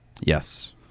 Yes